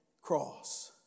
cross